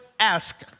ASK